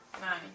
Nine